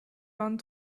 vingt